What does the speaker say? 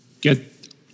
get